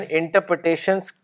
interpretations